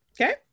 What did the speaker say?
okay